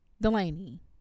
Delaney